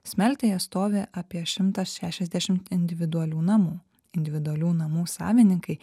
smeltėje stovi apie šimtas šešiasdešimt individualių namų individualių namų savininkai